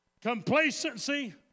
complacency